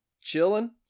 chilling